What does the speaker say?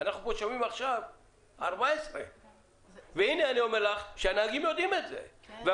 אנחנו פה שומעים עכשיו 14. והנה אני אומר שהנהגים יודעים את זה,